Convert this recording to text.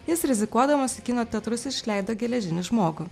jis rizikuodamas į kino teatrus išleido geležinį žmogų